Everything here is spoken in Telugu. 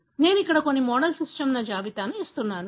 నేను ఇక్కడ కొన్ని మోడల్ సిస్టమ్లను జాబితా చేస్తున్నాను